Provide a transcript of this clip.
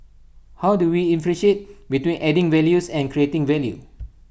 how do we ifferentiate between adding values and creating value